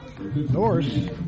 Norse